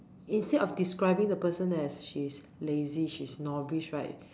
instead of describing the person as she's lazy she's snobbish right